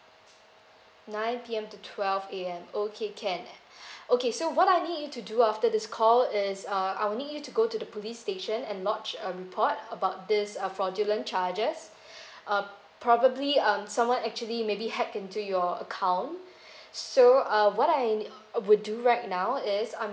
nine P_M to twelve A_M okay can okay so what I need you to do after this call is uh I'll need you to go to the police station and lodge a report about this uh fraudulent charges uh probably um someone actually maybe hacked into your account so uh what I would do right now is I'm